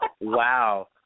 Wow